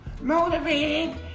Motivated